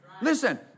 Listen